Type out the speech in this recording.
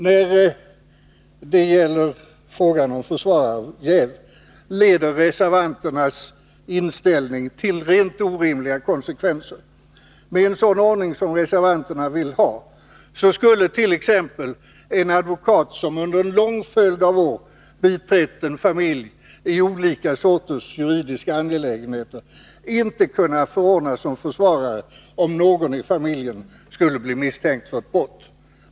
När det gäller frågan om försvararjäv får reservanternas inställning rent orimliga konsekvenser. Med en sådan ordning som reservanterna vill ha skulle t.ex. en advokat som under en lång följd av år biträtt en familj i olika sorters juridiska angelägenheter inte kunna förordnas som försvarare, om någon i familjen skulle bli misstänkt för ett brott.